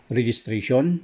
registration